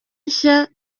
nshya